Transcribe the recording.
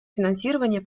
финансирование